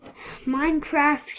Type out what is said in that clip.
Minecraft